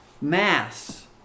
Mass